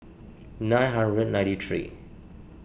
nine hundred ninety three